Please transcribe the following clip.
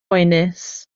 boenus